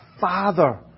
father